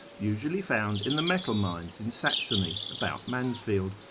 usually found in the metal mines in saxony about mansfield,